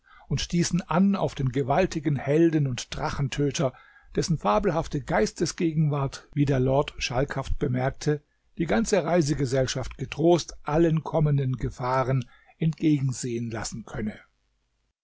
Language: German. und stießen an auf den gewaltigen helden und drachentöter dessen fabelhafte geistesgegenwart wie der lord schalkhaft bemerkte die ganze reisegesellschaft getrost allen kommenden gefahren entgegensehen lassen könne